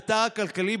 החרדי.